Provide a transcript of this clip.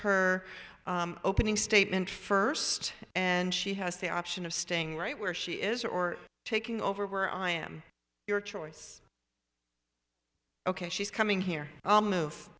her opening statement first and she has the option of staying right where she is or taking over where i am your choice ok she's coming here i'll move